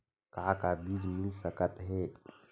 का का बीज मिल सकत हे?